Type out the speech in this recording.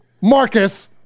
Marcus